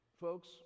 Folks